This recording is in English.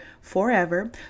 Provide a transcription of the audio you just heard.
forever